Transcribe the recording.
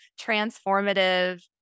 transformative